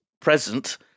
present